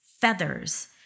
feathers